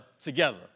together